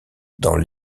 dans